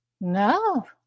No